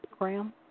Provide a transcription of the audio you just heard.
Graham